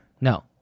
No